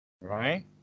Right